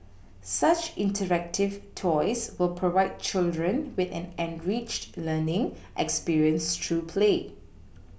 such interactive toys will provide children with an enriched learning experience through play